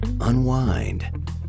unwind